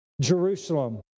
Jerusalem